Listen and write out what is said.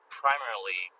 primarily